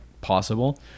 possible